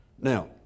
Now